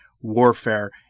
warfare